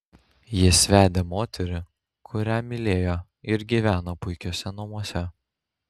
jis vedė moterį kurią mylėjo ir gyveno puikiuose namuose